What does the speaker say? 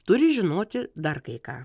turi žinoti dar kai ką